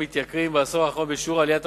מתייקרים בעשור האחרון בשיעור עליית המדד,